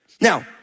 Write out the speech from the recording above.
Now